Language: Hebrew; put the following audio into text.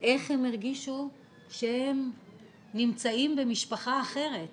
איך הם הרגישו כשהם נמצאים במשפחה אחרת?